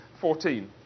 14